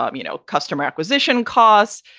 um you know, customer acquisition costs.